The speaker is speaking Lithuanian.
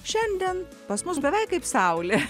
šiandien pas mus beveik kaip saulė